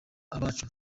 abacu